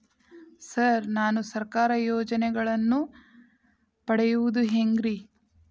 Sir ನಾನು ಸರ್ಕಾರ ಯೋಜೆನೆಗಳನ್ನು ಪಡೆಯುವುದು ಹೆಂಗ್ರಿ?